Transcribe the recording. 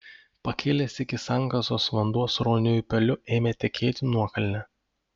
pakilęs iki sankasos vanduo srauniu upeliu ėmė tekėti nuokalne